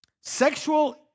Sexual